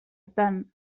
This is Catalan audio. tant